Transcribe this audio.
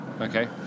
Okay